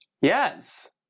Yes